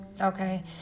Okay